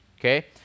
okay